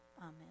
amen